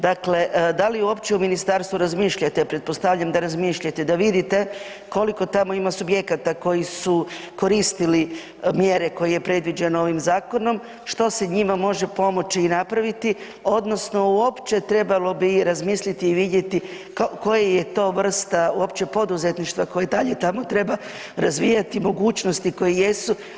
Dakle, da li uopće u ministarstvu razmišljate, a pretpostavljam da razmišljate da vidite koliko tamo ima subjekata koji su koristili mjere koje je predviđeno ovim zakonom, što se njima može pomoći i napraviti odnosno uopće trebalo bi i razmisliti i vidjeti koje je to vrsta uopće poduzetništva koje dalje tamo treba razvijati, mogućnosti koje jesu.